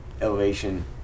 elevation